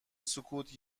سکوت